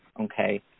Okay